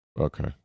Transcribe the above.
Okay